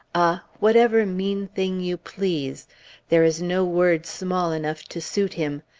a whatever mean thing you please there is no word small enough to suit him.